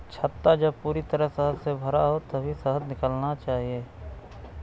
छत्ता जब पूरी तरह शहद से भरा हो तभी शहद निकालना चाहिए